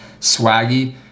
swaggy